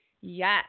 Yes